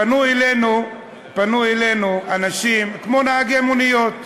פנו אלינו אנשים כמו נהגי מוניות,